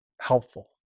helpful